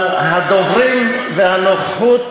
אבל הדוברים והנוכחות